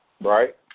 Right